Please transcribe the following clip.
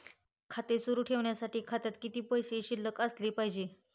खाते सुरु ठेवण्यासाठी खात्यात किती पैसे शिल्लक असले पाहिजे?